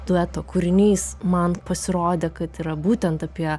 dueto kūrinys man pasirodė kad yra būtent apie